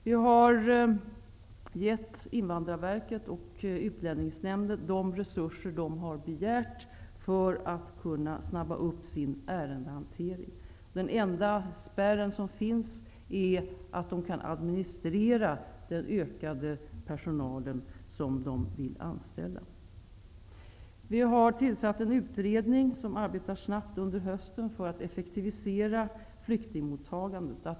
Vi har gett Invandrarverket och Utlänningsnämnden de resurser de har begärt för att kunna snabba upp sin ärendehantering. Den enda spärr som finns är förmågan att administrera den nya personal man vill anställa. Vi har tillsatt en utredning som arbetar snabbt under hösten för att effektivisera flyktingmottagandet.